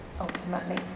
ultimately